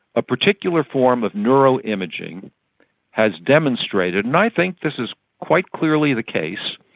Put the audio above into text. a particular form of neuroimaging has demonstrated, and i think this is quite clearly the case,